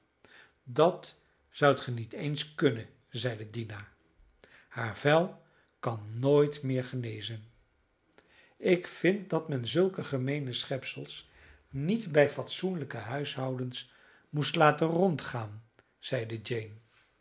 dat zoudt ge niet eens kunnen zeide dina haar vel kan nooit meer genezen ik vind dat men zulke gemeene schepsels niet bij fatsoenlijke huishoudens moest laten rondgaan zeide jane